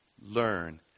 learn